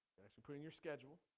so bring your schedule